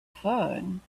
phone